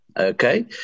okay